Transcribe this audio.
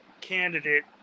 candidate